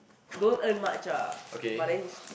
don't earn much ah but then you s~